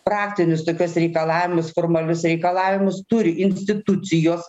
praktinius tokiuos reikalavimus formalius reikalavimus turi institucijos